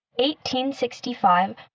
1865